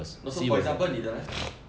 no so for example 你的 leh